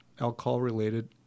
alcohol-related